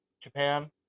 Japan